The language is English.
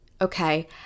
okay